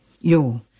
Yo